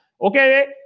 Okay